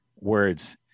words